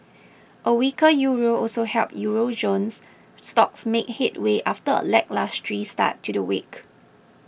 a weaker Euro also helped Euro zones stocks make headway after a lacklustre start to the week